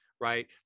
right